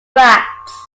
bracts